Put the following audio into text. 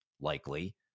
likely